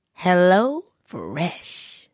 HelloFresh